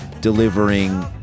delivering